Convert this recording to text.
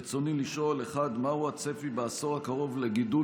ברצוני לשאול: 1. מהו הצפי בעשור הקרוב לגידול